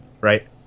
right